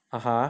ah